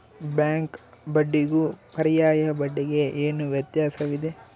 Bank ಬಡ್ಡಿಗೂ ಪರ್ಯಾಯ ಬಡ್ಡಿಗೆ ಏನು ವ್ಯತ್ಯಾಸವಿದೆ?